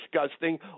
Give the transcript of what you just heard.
disgusting